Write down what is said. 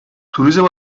turizm